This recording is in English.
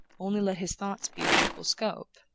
only let his thoughts be of equal scope,